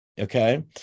okay